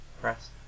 press